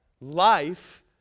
life